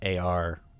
AR